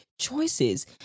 choices